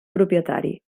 propietari